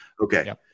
Okay